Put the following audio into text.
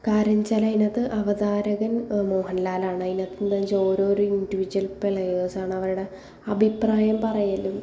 കാര്യം വെച്ചാൽ അതിനകത്ത് അവതാരകൻ മോഹൻലാലാണ് അതിനകത്ത് എന്താണ് വെച്ചാൽ ഓരോ ഇൻഡിവിജ്വൽ പ്ലെയേഴ്സ് ആണ് അവരുടെ അഭിപ്രായം പറയലും